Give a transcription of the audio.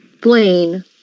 Blaine